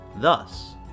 Thus